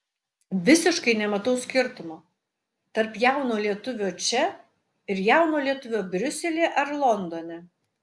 visiškai nematau skirtumo tarp jauno lietuvio čia ir jauno lietuvio briuselyje ar londone